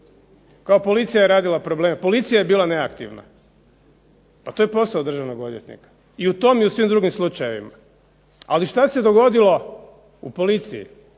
Kao policija je radila probleme, policija je bila neaktivna, to je posao državnog odvjetnika u tom i u svim drugim slučajevima. Ali što se dogodilo u policiji